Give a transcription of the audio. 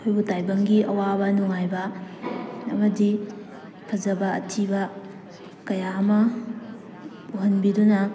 ꯑꯩꯈꯣꯏꯕꯨ ꯇꯥꯏꯕꯪꯒꯤ ꯑꯋꯥꯕ ꯅꯨꯡꯉꯥꯏꯕ ꯑꯃꯗꯤ ꯐꯖꯕ ꯑꯊꯤꯕ ꯀꯌꯥ ꯑꯃ ꯎꯍꯟꯕꯤꯗꯨꯅ